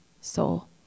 soul